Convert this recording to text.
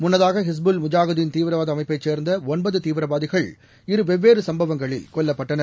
முன்னதாகஹிஸ்புல் முஜாகிதீன் தீவிரவாதஅமைப்பைசேர்ந்த தீவிரவாதிகள் இரு வெவ்வேறுசம்பவங்களில் கொல்லப்பட்டனர்